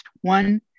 one